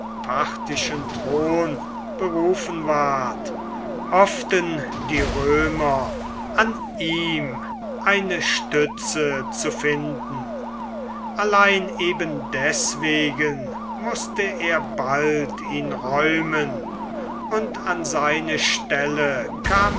parthischen thron berufen ward hofften die römer an ihm eine stütze zu finden allein eben deswegen mußte er bald ihn räumen und an seine stelle kam